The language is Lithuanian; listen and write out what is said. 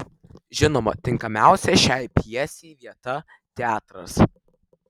žinoma tinkamiausia šiai pjesei vieta teatras